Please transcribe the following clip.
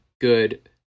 good